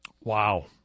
Wow